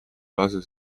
lase